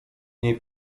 niej